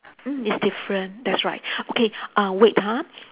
mm it's different that's right okay uh wait ha